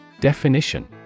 Definition